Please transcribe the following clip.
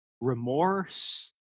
remorse